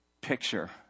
Picture